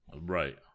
Right